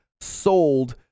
sold